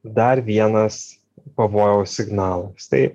dar vienas pavojaus signalas tai